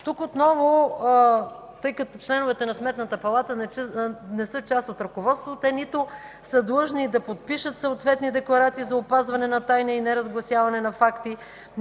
Тук отново, тъй като членовете на Сметната палата не са част от ръководството, нито са длъжни да подпишат съответни декларации за опазване на тайна и неразгласяване на факти,